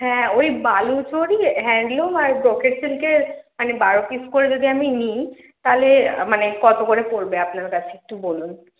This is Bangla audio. হ্যাঁ ওই বালুচরি হ্যান্ডলুম আর ব্রোকেট সিল্কের মানে বারো পিস করে যদি আমি নিই তাহলে মানে কত করে পড়বে আপনার কাছে একটু বলুন